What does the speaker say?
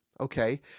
Okay